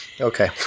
okay